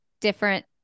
different